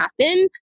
happen